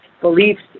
beliefs